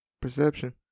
perception